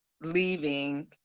leaving